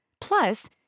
Plus